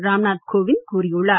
ராம் நாத் கோவிந்த் கூறியுள்ளார்